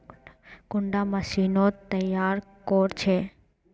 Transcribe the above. कुंडा मशीनोत तैयार कोर छै?